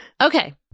Okay